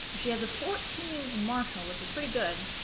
she has a fourteen in marshall which is pretty good